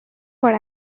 what